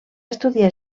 estudiar